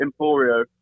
Emporio